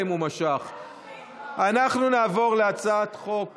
אנחנו נעבור להצעת חוק